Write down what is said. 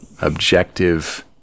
objective